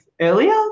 earlier